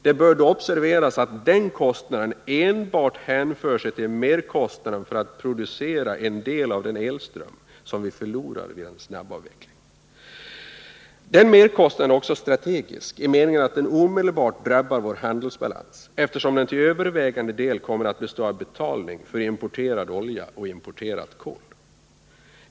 Det bör då observeras att denna kostnad enbart hänför sig till merkostnaden för att producera en del av den elström som vi förlorar vid en snabbavveckling. Denna merkostnad är också strategisk i meningen att den omedelbart drabbar vår handelsbalans, eftersom den till övervägande del kommer att bestå av betalning för importerad olja och importerat kol.